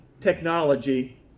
technology